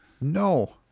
No